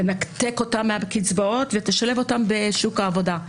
תנתק אותם מהקצבאות ותשלב אותם בשוק העבודה.